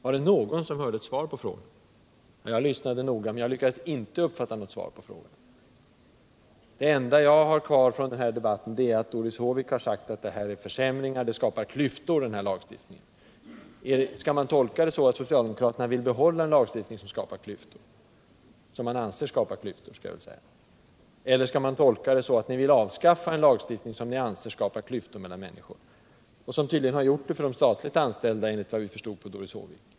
Var det någon som hörde ett svar på frågan? Jag lyssnade noga men lyckades inte uppfatta något svar. Det enda jag har kvar från den här debatten är att Doris Håvik har sagt att lagstiftningen innebär försämringar. Den skapar klyftor. Skall man tolka det så att socialdemokraterna vill behålla en lagstiftning som de anser skapar klyftor? Eller skall man tolka det så att ni vill avskaffa en lagstiftning som ni anser skapar klyftor mellan människor? Motsvarande regler har tydligen gjort det för de statligt anställda, enligt vad vi har fått höra av Doris Håvik.